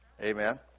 Amen